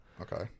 Okay